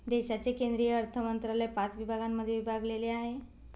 देशाचे केंद्रीय अर्थमंत्रालय पाच विभागांमध्ये विभागलेले आहे